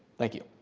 thank you.